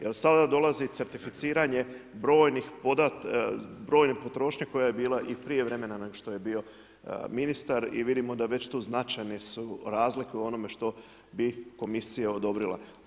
Jer sada dolazi certificiranje brojne potrošnje koja je bila i prije vremena nego što je bio ministar i vidimo da već tu značajne su razlike u onome što bi komisija odobrila.